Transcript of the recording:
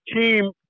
team